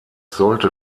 sollte